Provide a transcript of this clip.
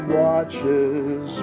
watches